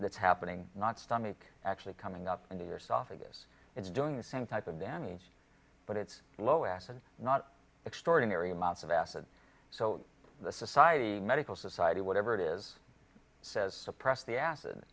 that's happening not stomach actually coming up into your softness it's doing the same type of damage but it's low acid not extraordinary amounts of acid so the society medical society whatever it is says suppress the acid